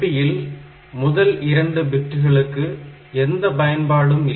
IP இல் முதல் இரண்டு பிட்டுகளுக்கு எந்தப் பயன்பாடும் இல்லை